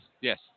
Yes